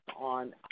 on